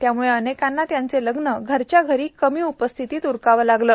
त्याम्ळे अनेकांना त्यांचे लग्न घरच्याघरी कमी उपस्थितित उरकावे लागले